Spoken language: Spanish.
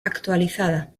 actualizada